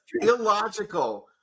illogical